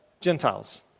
Gentiles